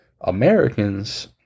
Americans